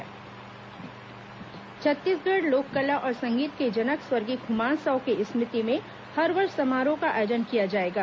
मुख्यमंत्री खुमान साव छत्तीसगढ़ी लोक कला और संगीत के जनक स्वर्गीय खुमान साव की स्मृति में हर वर्ष समारोह का आयोजन किया जाएगा